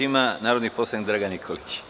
Reč ima narodni poslanik Dragan Nikolić.